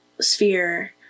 sphere